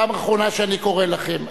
פעם אחרונה שאני קורא לכם.